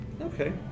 Okay